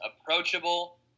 approachable